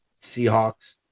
Seahawks